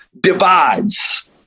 divides